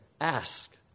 ask